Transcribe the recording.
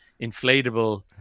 inflatable